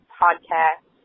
podcast